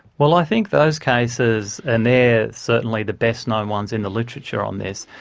well, i think those cases, and they're certainly the best known ones in the literature on this,